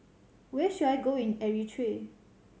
where should I go in Eritrea